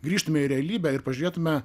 grįžtume į realybę ir pažiūrėtume